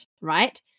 right